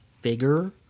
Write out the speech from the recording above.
figure